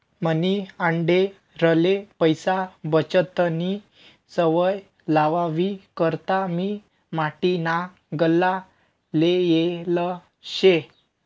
मनी आंडेरले पैसा बचतनी सवय लावावी करता मी माटीना गल्ला लेयेल शे